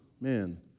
man